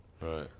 Right